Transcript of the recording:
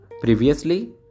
previously